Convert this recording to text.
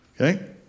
Okay